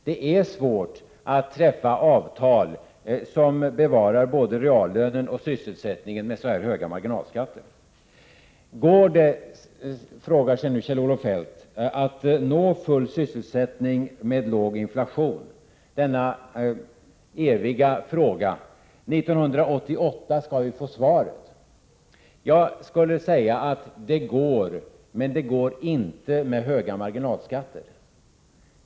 Det är svårt att träffa avtal som bevarar både reallönen och sysselsättningen med så höga marginalskatter. Går det, frågar sig Kjell-Olof Feldt, att nå full sysselsättning med låg inflation — denna eviga fråga. År 1988 skall vi få svaret. Jag skulle säga att det går, men det går inte med höga marginalskatter.